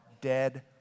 dead